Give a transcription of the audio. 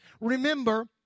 Remember